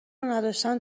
نداشتن